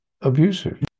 abusive